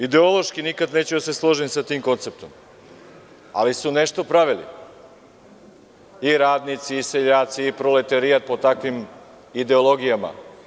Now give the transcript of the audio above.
Ideološki nikada neću da se složim sa tim konceptom, ali su nešto pravili i radnici i seljaci i proleterijat po takvim ideologijama.